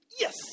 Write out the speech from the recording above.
Yes